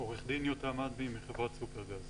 עורך דין יותם אדמי, מחברת סופרגז.